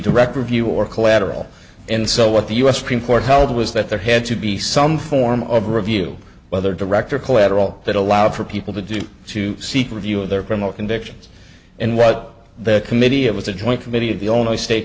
direct review or collateral and so what the u s supreme court held was that there had to be some form of review whether director collateral that allowed for people to do to seek review of their criminal convictions and what the committee it was a joint committee of the only state